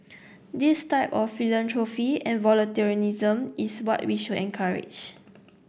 this type of philanthropy and volunteerism is what we should encourage